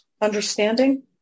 understanding